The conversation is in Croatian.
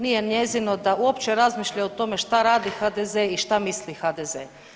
Nije njezino da uopće razmišlja o tome šta radi HDZ i šta misli HDZ.